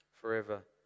forever